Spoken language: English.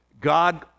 God